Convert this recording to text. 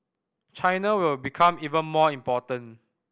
China will become even more important